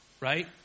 right